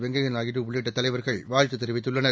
வெங்கப்யா நாயுடு உள்ளிட்ட தலைவர்கள் வாழ்த்துத் தெரிவித்துள்ளனர்